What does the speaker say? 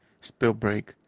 Spillbreak